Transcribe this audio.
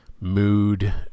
mood